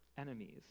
enemies